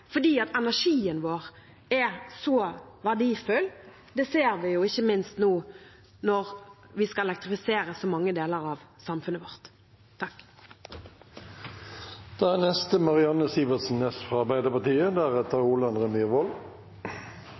fordi energien vår er så verdifull. Det ser vi ikke minst nå når vi skal elektrifisere så mange deler av samfunnet vårt. Situasjonen i Ukraina har vært nevnt flere ganger fra